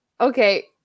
Okay